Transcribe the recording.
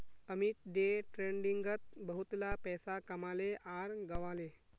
Amit day ट्रेडिंगत बहुतला पैसा कमाले आर गंवाले